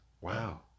Wow